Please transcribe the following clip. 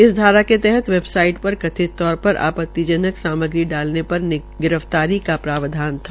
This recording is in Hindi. इस धारा के तहत वेबसाइट पर कथित तौर पर आपातिजनक सामग्री डालने पर गिरफ्तारी का प्रावधान था